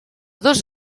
dos